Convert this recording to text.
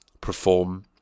perform